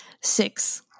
six